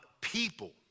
people